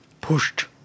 pushed